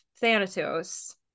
thanatos